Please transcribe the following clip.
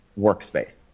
workspace